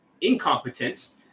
incompetence